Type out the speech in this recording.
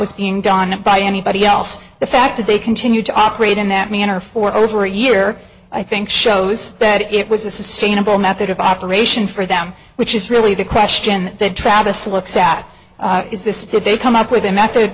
was being done by anybody else the fact that they continued to operate in that manner for over a year i think shows that it was a sustainable method of operation for them which is really the question that travis looks at is this did they come up with a method